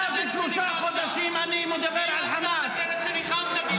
הם גם חלק מהעניין.